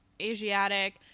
Asiatic